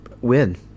win